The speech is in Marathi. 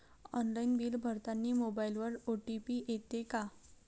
ऑनलाईन बिल भरतानी मोबाईलवर ओ.टी.पी येते का?